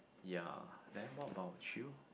ya then what about you